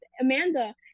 Amanda